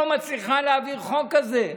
בשלטון, לא מצליחה להעביר חוק כזה.